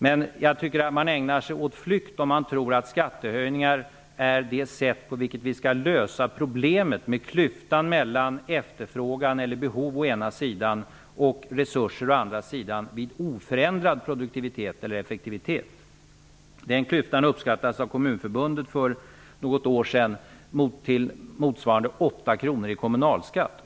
Men man ägnar sig åt flykt, om man tror att skattehöjningar är det sätt på vilket vi skall lösa problemet med klyftan mellan behov å ena sidan och resurser å andra sidan vid oförändrad produktivitet och effektivitet. Den klyftan uppskattades av Kommunförbundet för något år sedan motsvara 8 kr i kommunalskatt.